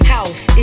House